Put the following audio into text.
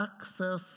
access